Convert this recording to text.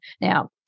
Now